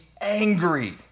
angry